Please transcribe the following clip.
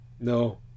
No